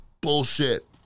bullshit